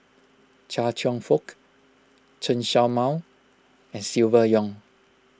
Chia Cheong Fook Chen Show Mao and Silvia Yong